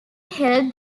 held